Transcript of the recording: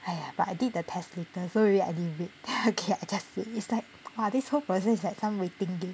!haiya! but I did the test later so maybe like I need to wait okay then I just wait it's like !wah! this whole process is like some time waiting game